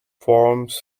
forms